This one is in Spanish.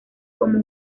como